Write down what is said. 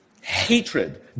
hatred